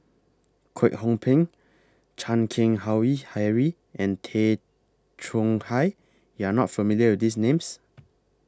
Kwek Hong Png Chan Keng Howe Harry and Tay Chong Hai YOU Are not familiar with These Names